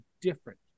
different